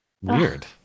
Weird